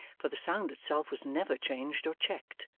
for the sound itself was never changed or checked.